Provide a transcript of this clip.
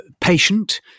patient